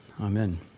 Amen